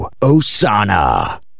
Osana